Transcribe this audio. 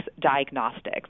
Diagnostics